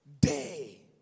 day